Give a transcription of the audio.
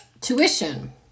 tuition